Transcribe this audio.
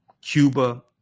Cuba